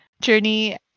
journey